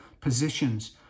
positions